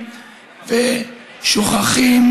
שמתייקים ושוכחים,